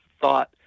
thought